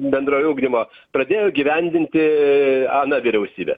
bendrojo ugdymo pradėjo įgyvendinti ana vyriausybė